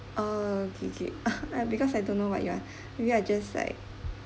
orh okay K because I don't know what you are you are just like